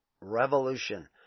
revolution